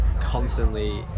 constantly